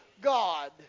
God